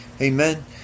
Amen